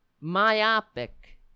myopic